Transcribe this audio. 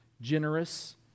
Generous